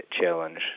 challenge